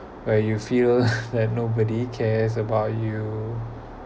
where you feel that nobody cares about you